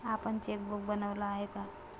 आपण चेकबुक बनवलं आहे का?